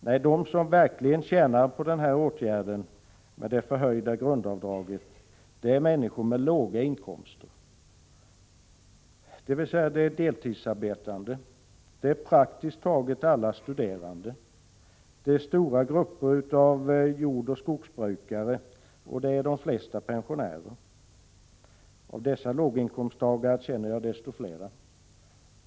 Nej, de som verkligen tjänar på en höjning av det kommunala grundavdraget är människor med låga inkomster, dvs. deltidsarbetande, praktiskt taget alla studerande, stora grupper jordoch skogsbrukare samt de flesta pensionärer. Av dessa låginkomsttagare känner jag desto fler.